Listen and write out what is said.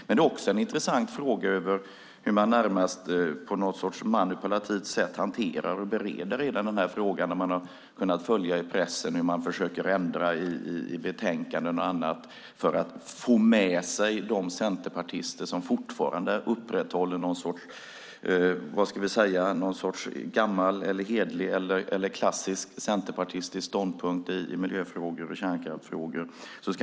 Men det är också en intressant fråga hur man på ett närmast manipulativt sätt hanterar och bereder hela den här frågan. Man har kunnat följa i pressen hur man försöker ändra i betänkanden och annat för att få med sig de centerpartister som fortfarande upprätthåller någon sorts gammal, hederlig, klassiskt centerpartistisk ståndpunkt i miljöfrågor och kärnkraftsfrågor.